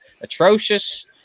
atrocious